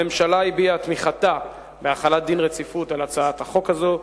הממשלה הביעה את תמיכתה בהחלת דין רציפות על הצעת החוק הזאת.